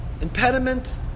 impediment